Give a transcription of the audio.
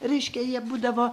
reiškia jie būdavo